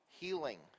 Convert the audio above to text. healing